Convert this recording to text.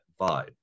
vibe